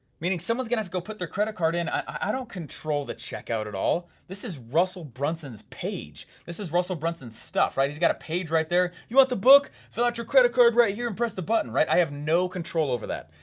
meaning someone's going to have to go put their credit card in. i don't control the checkout at all. this is russell brunson's page. this is russell brunson's stuff, right? he's got a page right there. you want the book? fill out your credit card right here and press the button, right, i have no control over that,